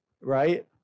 right